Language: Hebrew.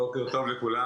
בוקר טוב לכולם.